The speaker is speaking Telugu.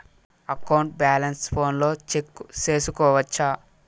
అకౌంట్ బ్యాలెన్స్ ఫోనులో చెక్కు సేసుకోవచ్చా